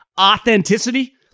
Authenticity